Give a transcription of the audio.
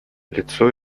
лицо